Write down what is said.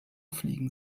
fliegen